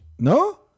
No